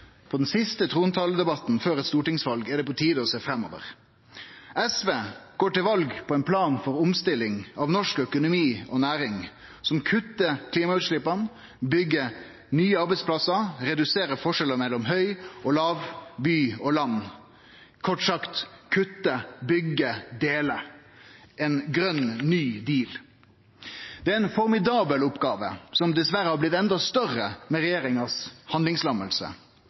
den siste trontaledebatten før eit stortingsval, er det på tide å sjå framover. SV går til val på ein plan for omstilling av norsk økonomi og ei næring som kuttar klimautsleppa, byggjer nye arbeidsplassar, reduserer forskjellar mellom høg og låg, by og land – kort sagt: kutte, byggje, dele – ein grøn ny deal. Det er ei formidabel oppgåve, som dessverre har blitt enda større med regjeringas